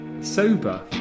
sober